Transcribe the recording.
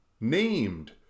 named